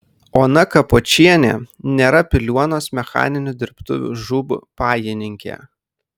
ona kapočienė nėra piliuonos mechaninių dirbtuvių žūb pajininkė